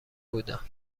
بودن